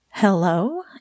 Hello